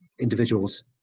individuals